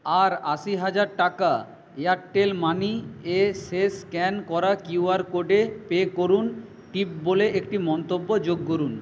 আর আশি হাজার টাকা এয়ারটেল মানি এ শেষ স্ক্যান করা কিউআর কোডে পে করুন টিপ বলে একটি মন্তব্য যোগ করুন